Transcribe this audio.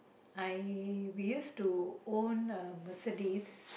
I we used to own uh Mercedes